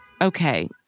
okay